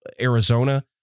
Arizona